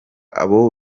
abo